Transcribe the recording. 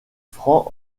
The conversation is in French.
franc